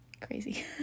crazy